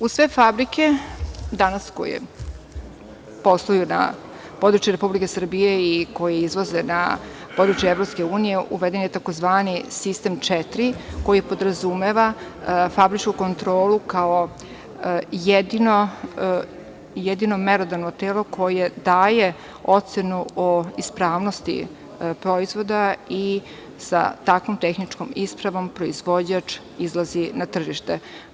U sve fabrike koje danas posluju na području Republike Srbije i koje izvoze na područje EU uveden je tzv. sistem 4, koji podrazumeva fabričku kontrolu kao jedino merodavno telo koje daje ocenu o ispravnosti proizvoda i sa takvom tehničkom ispravom proizvođač izlazi na tržište.